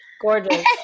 Gorgeous